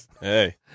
Hey